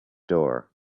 door